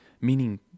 meaning